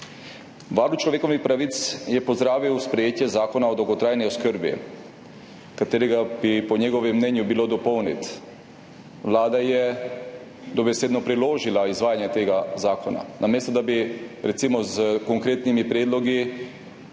Varuh človekovih pravic je pozdravil sprejetje Zakona o dolgotrajni oskrbi, ki bi ga po njegovem mnenju bilo [treba] dopolniti. Vlada je dobesedno preložila izvajanje tega zakona, namesto da bi recimo s konkretnimi predlogi